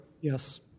Yes